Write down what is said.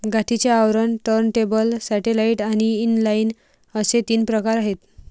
गाठीचे आवरण, turntable, satellite आणि इनलाइन असे तीन प्रकार आहे